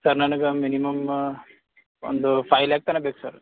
sir ನನಗೆ minimum ಒಂದೂ five lakh ತನಕ ಬೇಕು ಸರ್